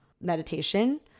meditation